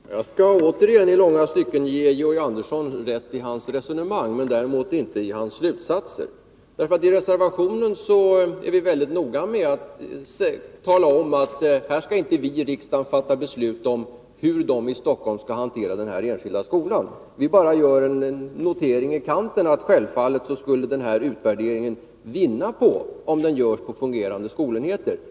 Fru talman! Jag skall återigen i långa stycken ge Georg Andersson rätt i hans resonemang, men däremot inte i hans slutsatser. Vi är nämligen mycket noga med att tala om i reservationen att vi i riksdagen inte skall fatta beslut om hur man i Stockholm skall hantera den här enskilda skolan. Vi gör bara en notering i kanten om att en utvärdering självfallet skulle vinna på om den görs på fungerande skolenheter.